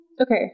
Okay